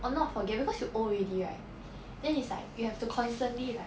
or not forget because you old already right then it's like you have to constantly like